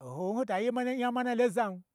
oho n ho ta ye nya mana lon za.